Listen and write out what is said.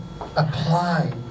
apply